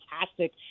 fantastic